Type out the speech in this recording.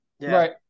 Right